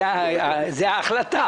זו ההחלטה.